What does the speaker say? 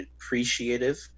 appreciative